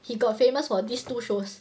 he got famous for these two shows